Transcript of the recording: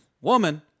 Woman